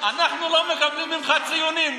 אנחנו לא מקבלים ממך ציונים,